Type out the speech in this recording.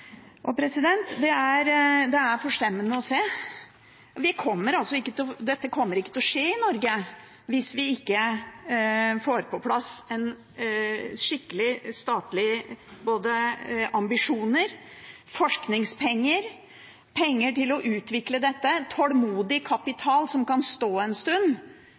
Det er forstemmende å se. Dette kommer ikke til å skje i Norge hvis vi ikke får på plass skikkelige statlige ambisjoner, forskningspenger, penger til å utvikle dette, tålmodig kapital som kan stå en stund